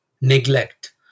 neglect